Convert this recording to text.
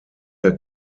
der